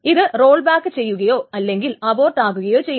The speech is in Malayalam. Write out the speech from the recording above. അത് റോൾ ബാക്ക് ചെയ്യുകയോ അല്ലെങ്കിൽ അബോർട്ട് ആകുകയോ ചെയ്യുന്നു